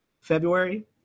February